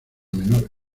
menor